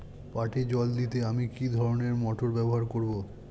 পাটে জল দিতে আমি কি ধরনের মোটর ব্যবহার করব?